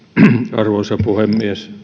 arvoisa puhemies